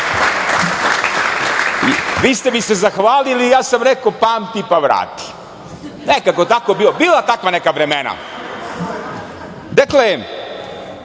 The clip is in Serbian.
Vi ste mi se zahvalili i ja sam rekao – pamti pa vrati. Nekako tako je bilo, bila takva neka vremena. Dakle,